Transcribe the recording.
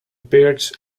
birch